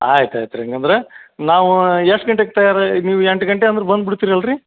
ಆಯ್ತು ಆಯ್ತು ರೀ ಹಂಗಂದ್ರ ನಾವು ಎಷ್ಟು ಗಂಟೆಗೆ ತಯಾರಾಗಿ ನೀವು ಎಂಟು ಗಂಟೆ ಅಂದ್ರೆ ಬಂದ್ಬಿಡ್ತೀರಲ್ಲ ರಿ